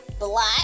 Black